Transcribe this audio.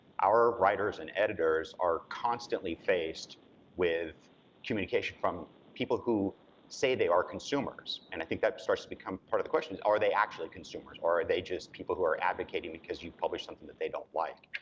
our writers and editors are constantly faced with communication from people who say they are consumers, and i think that starts to become part of the question is, are they actually consumers? or are they just people who are advocating because you've published something that they don't like?